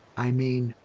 i mean,